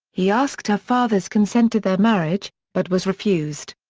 he asked her father's consent to their marriage, but was refused.